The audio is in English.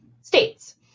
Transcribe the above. states